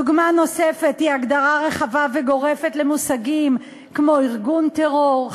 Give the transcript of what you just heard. דוגמה נוספת היא הגדרה רחבה וגורפת למושגים כמו ארגון טרור,